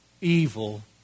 evil